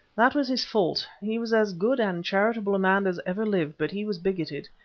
that was his fault he was as good and charitable a man as ever lived, but he was bigoted.